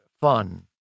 fun